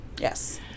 Yes